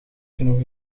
genoeg